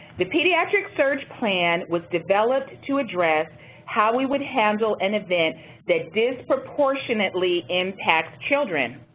the pediatric surge plan was developed to address how we would handle an event that disproportionately impacts children.